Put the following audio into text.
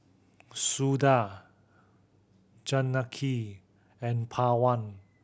Suda Janaki and Pawan